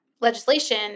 legislation